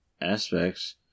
aspects